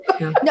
No